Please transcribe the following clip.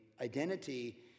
identity